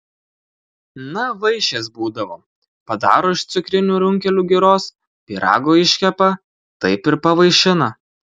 na vaišės būdavo padaro iš cukrinių runkelių giros pyrago iškepa taip ir pavaišina